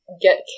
get